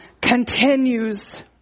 continues